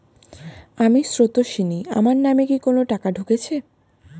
আমি স্রোতস্বিনী, আমার নামে কি কোনো টাকা ঢুকেছে?